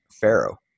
Pharaoh